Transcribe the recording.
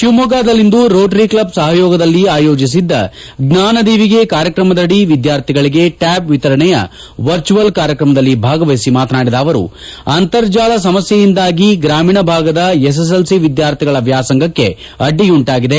ಶಿವಮೊಗ್ಗದಲ್ಲಿಂದು Rotary club ಸಹಯೋಗದಲ್ಲಿ ಆಯೋಜಿಸಿದ್ದ ಜ್ವಾನ ದೀವಿಗೆ ಕಾರ್ಯಕ್ರಮದಡಿ ವಿದ್ಯಾರ್ಥಿಗಳಿಗೆ ಟ್ವಾದ್ ವಿತರಣೆಯ ವರ್ಚುವಲ್ ಕಾರ್ಯಕ್ರಮದಲ್ಲಿ ಭಾಗವಹಿಸಿ ಮಾತನಾಡಿದ ಅವರು ಅಂತರ್ಜಾಲ ಸಮಸ್ಯೆಯಿಂದಾಗಿ ಗ್ರಾಮೀಣ ಭಾಗದ ಎಸ್ಎಸ್ಎಲ್ಸಿ ವಿದ್ಯಾರ್ಥಿಗಳ ವ್ಯಾಸಂಗಕ್ಷೆ ಅಡ್ಡಿಯುಂಟಾಗಿದೆ